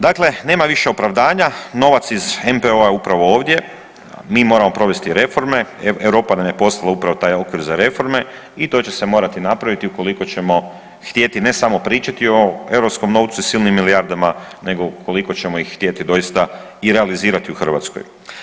Dakle, nema više opravdanja, novac iz MPO-a je upravo ovdje, mi moramo provesti reforme, Europa nam je poslala upravo taj okvir za reforme, i to će se morati napraviti ukoliko ćemo htjeti, ne samo pričati o europskom novcu i silnim milijardama, nego ukoliko ćemo ih htjeti i doista i realizirati u Hrvatskoj.